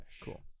Cool